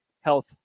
Health